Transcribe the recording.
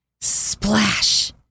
Splash